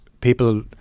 people